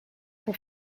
for